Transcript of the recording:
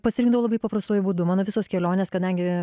pasirinkdavau labai paprastuoju būdu mano visos kelionės kadangi